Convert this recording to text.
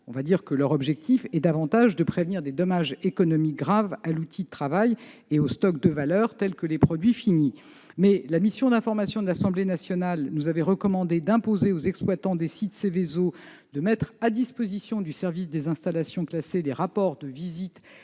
les assurances, il s'agit davantage de prévenir les dommages économiques graves à l'outil de travail et au stock de valeurs, comme les produits finis. La mission d'information de l'Assemblée nationale nous avait recommandé d'imposer aux exploitants des sites Seveso de mettre à la disposition du service des installations classées les rapports de visite